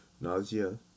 nausea